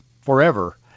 forever